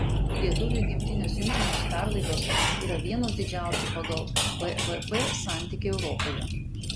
lietuvių į gimtinę siunčiamos perlaidos yra vienos didžiausių pagal bvp santykį europoje